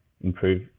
improve